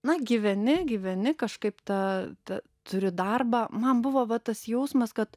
na gyveni gyveni kažkaip tą ta turi darbą man buvo va tas jausmas kad